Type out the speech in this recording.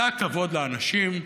זה הכבוד לאנשים.